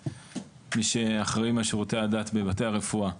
כמי שאחראיים על שירותי הדת בבתי הרפואה.